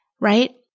right